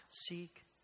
seek